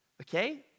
Okay